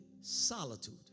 solitude